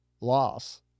loss